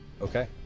Okay